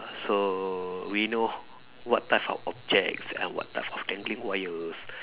so we know what type of objects and what type of dangling wires